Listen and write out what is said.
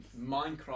Minecraft